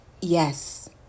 yes